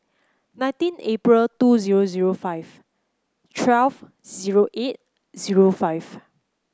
nineteen April two zero zero five twelve zero eight zero five